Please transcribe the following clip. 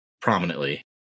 prominently